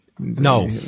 No